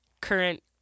current